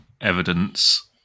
evidence